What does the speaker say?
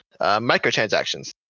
microtransactions